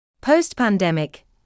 Post-pandemic